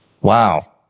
wow